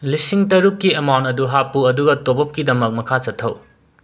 ꯂꯤꯁꯤꯡ ꯇꯔꯨꯛꯀꯤ ꯑꯦꯃꯥꯎꯟ ꯑꯗꯨ ꯍꯥꯞꯄꯨ ꯑꯗꯨꯒ ꯇꯣꯞ ꯑꯞꯀꯤꯗꯃꯛ ꯃꯈꯥ ꯆꯠꯊꯧ